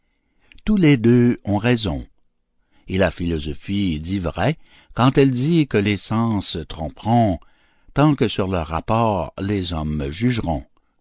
tous les deux ont raison et la philosophie dit vrai quand elle dit que les sens tromperont tant que sur leur rapport les hommes jugeront